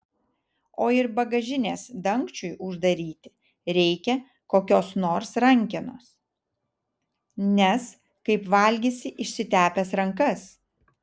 o ir bagažinės dangčiui uždaryti reikia kokios nors rankenos nes kaip valgysi išsitepęs rankas